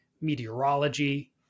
meteorology